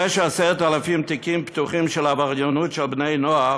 זה ש-10,000 תיקים פתוחים של עבריינות של בני נוער,